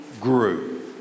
grew